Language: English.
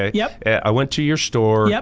ah yeah yeah i went to your store. yeah